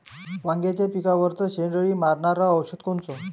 वांग्याच्या पिकावरचं शेंडे अळी मारनारं औषध कोनचं?